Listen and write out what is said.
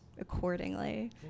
accordingly